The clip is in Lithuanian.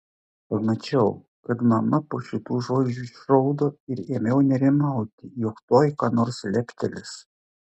pamačiau kad mama po šitų žodžių išraudo ir ėmiau nerimauti jog tuoj ką nors leptelės